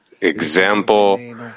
example